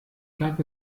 gab